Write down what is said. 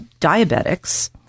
diabetics